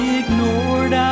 ignored